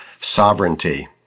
Sovereignty